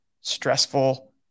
stressful